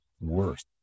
worse